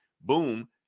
boom